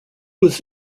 was